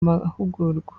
mahugurwa